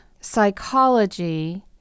psychology